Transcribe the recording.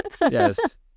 yes